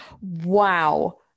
wow